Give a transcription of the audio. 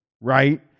right